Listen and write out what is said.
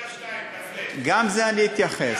תתייחס